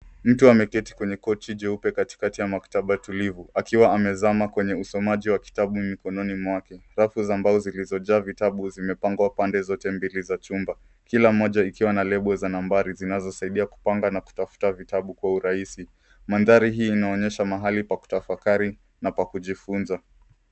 Mtu ameketi kwenye kochi jeupe katikati ya maktba tulivu akiwa amezama kwenye usomaji wa kitabu mkononi mwake. Rafu za mbao zilizojaa vitabu zimepangwa pande zote mbili za chumba. Kila moja ikiwa na lebo za nambari zinazosaidia kupanga na kutafuta vitabu kwa urahisi, Mandhari hii inaonyesha mahali pa kutafakari na pa kujifunza.